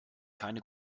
keine